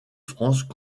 france